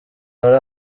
hari